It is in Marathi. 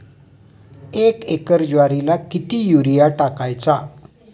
एक एकर ज्वारीला किती युरिया टाकायचा?